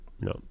No